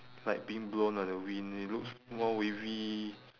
like being blown on the wind it looks more wavy